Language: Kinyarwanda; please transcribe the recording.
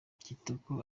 kitoko